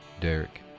Derek